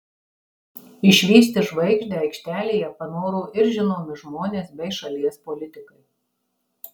išvysti žvaigždę aikštelėje panoro ir žinomi žmonės bei šalies politikai